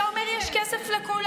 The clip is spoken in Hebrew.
אתה אומר: יש כסף לכולם.